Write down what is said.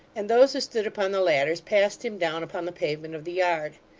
and those who stood upon the ladders passed him down upon the pavement of the yard.